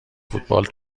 فوتبال